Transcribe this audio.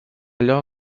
allò